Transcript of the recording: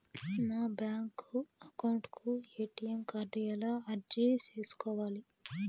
మా bank account కు ATM card ఎలా అర్జీ సేసుకోవాలి?